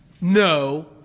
No